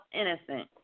innocent